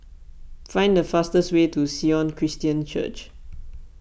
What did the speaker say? find the fastest way to Sion Christian Church